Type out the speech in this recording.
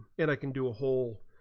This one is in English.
and i can do a whole